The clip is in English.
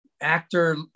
actor